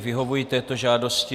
Vyhovuji této žádosti.